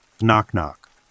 Knock-knock